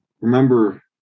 Remember